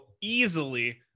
easily